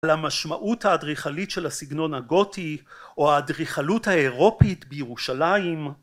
למשמעות האדריכלית של הסגנון הגותי או האדריכלות האירופית בירושלים